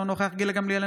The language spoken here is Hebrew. אינו נוכח גילה גמליאל,